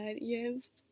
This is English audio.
yes